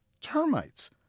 termites